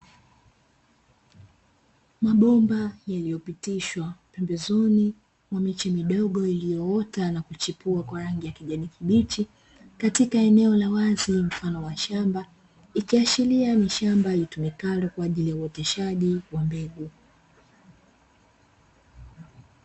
Mabomba yaliyopitishwa pembezoni mwa miche midogo iliyoota na kuchipua kwa rangi ya kijani kibichi, katika eneo la wazi mfano wa shamba ikiashiria ni shamba litumikalo kwa ajili ya uoteshaji wa mbegu.